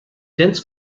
dense